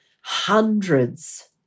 hundreds